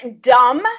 dumb